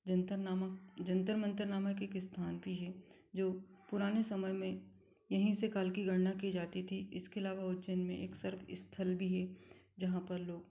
जंतर नामक जंतर मंतर नामक एक स्थान भी है जो पुराने समय में यहीं से काल की गणना की जाती थी इसके अलावा उज्जैन में एक सर्प स्थल भी है जहाँ पर लोग